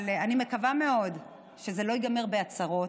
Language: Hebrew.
אבל אני מקווה מאוד שזה לא ייגמר בהצהרות.